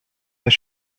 das